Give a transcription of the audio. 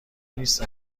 نیست